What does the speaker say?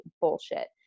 bullshit